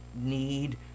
need